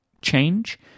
change